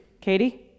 Katie